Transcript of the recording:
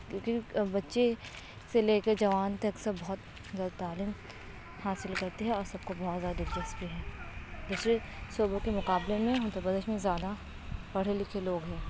کیونکہ بچے سے لے کے جوان تک سب بہت زیادہ تعلیم حاصل کرتے ہیں اور سب کو بہت زیادہ دلچسپی ہے دوسرے صوبوں کے مقابلے میں اتر پردیش میں زیادہ پڑھے لکھے لوگ ہیں